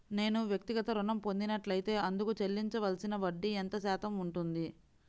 నేను వ్యక్తిగత ఋణం పొందినట్లైతే అందుకు చెల్లించవలసిన వడ్డీ ఎంత శాతం ఉంటుంది?